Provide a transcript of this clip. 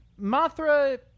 Mothra